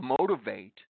motivate